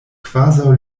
kvazaŭ